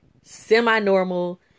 semi-normal